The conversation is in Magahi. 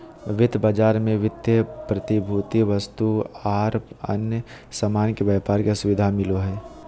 वित्त बाजार मे वित्तीय प्रतिभूति, वस्तु आर अन्य सामान के व्यापार के सुविधा मिलो हय